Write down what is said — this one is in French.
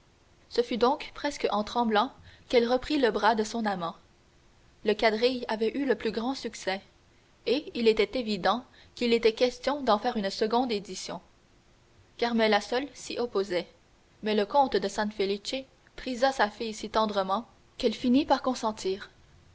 ce fut donc presque en tremblant qu'elle reprit le bras de son amant le quadrille avait eu le plus grand succès et il était évident qu'il était question d'en faire une seconde édition carmela seule s'y opposait mais le comte de san felice pria sa fille si tendrement qu'elle finit par consentir